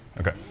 Okay